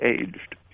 aged